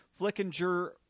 Flickinger